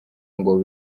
ngo